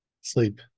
Sleep